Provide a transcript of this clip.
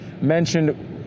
mentioned